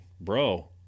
bro